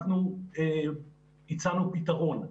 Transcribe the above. אנחנו הצענו פתרון,